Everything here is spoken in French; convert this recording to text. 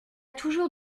toujours